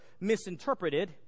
misinterpreted